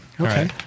Okay